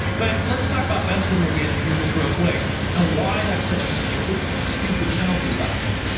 but let's talk about benson again here just real quick and why that's such a stupid stupid penalty by him.